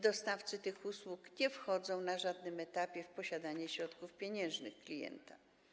Dostawcy tych usług nie wchodzą na żadnym etapie w posiadanie środków pieniężnych klienta.